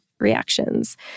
reactions